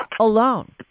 alone